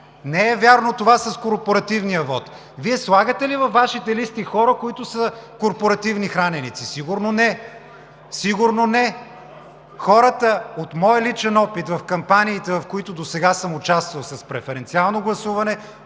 Не е вярно това с корпоративния вот. Вие слагате ли във Вашите листи хора, които са корпоративни храненици? Сигурно не! Сигурно не! (Шум и реплики от ГЕРБ.) От моя личен опит хората в кампаниите, в които досега съм участвал с преференциално гласуване,